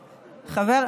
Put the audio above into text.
תמשיכי.